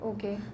Okay